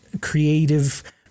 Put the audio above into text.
creative